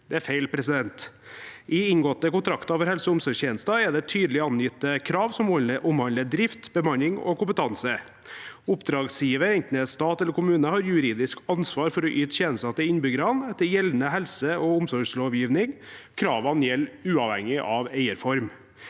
Det er feil. I inngåtte kontrakter om helse- og omsorgstjenester er det tydelig angitte krav som omhandler drift, bemanning og kompetanse. Oppdragsgiver, enten det er stat eller kommune, har juridisk ansvar for å yte tjenester til innbyggerne etter gjeldende helse- og omsorgslovgivning. Kravene gjelder uavhengig av eierform.